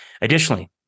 Additionally